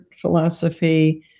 philosophy